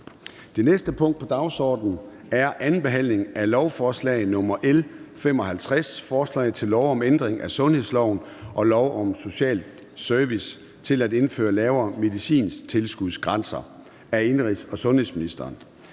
Det næste punkt på dagsordenen er: 3) 2. behandling af lovforslag nr. L 55: Forslag til lov om ændring af sundhedsloven og lov om social service. (Bemyndigelse til at indføre lavere medicintilskudsgrænser i 2023 m.v.). Af indenrigs- og sundhedsministeren